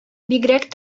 бигрәк